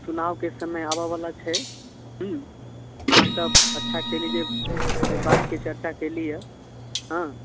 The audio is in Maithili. चुनाओके समय आबऽवला छै हूँ आहाँ सब अच्छा कयली जे एहि बातके चर्चा कयली हँ